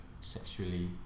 sexually